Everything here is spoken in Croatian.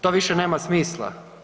To više nema smisla.